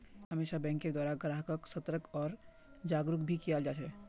हमेशा बैंकेर द्वारा ग्राहक्क सतर्क आर जागरूक भी कियाल जा छे